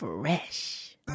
Fresh